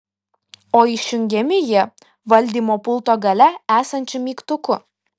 o išjungiami jie valdymo pulto gale esančiu mygtuku